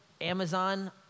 Amazon